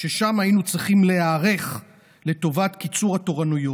שאז היינו צריכים להיערך לקיצור התורנויות,